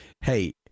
hey